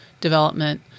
development